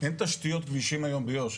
אין תשתיות כבישים היום ביו"ש.